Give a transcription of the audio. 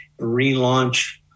relaunch